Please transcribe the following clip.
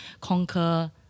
conquer